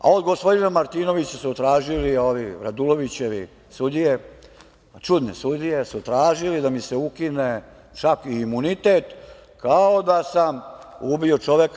Od gospodina Martinovića su tražili, ove Radulovićeve sudije, čudne sudije, da mi se ukine čak i imunitet, kao da sam ubio čoveka.